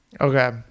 okay